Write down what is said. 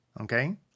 Okay